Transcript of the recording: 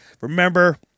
Remember